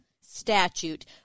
statute